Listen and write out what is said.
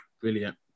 Brilliant